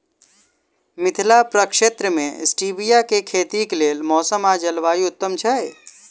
मिथिला प्रक्षेत्र मे स्टीबिया केँ खेतीक लेल मौसम आ जलवायु उत्तम छै?